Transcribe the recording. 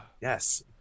Yes